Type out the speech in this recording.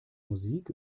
musik